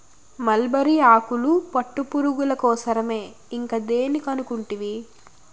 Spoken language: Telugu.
మల్బరీ ఆకులు పట్టుపురుగుల కోసరమే ఇంకా దేని కనుకుంటివి